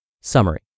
Summary